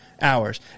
hours